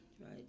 right